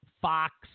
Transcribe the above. Fox